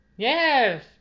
Yes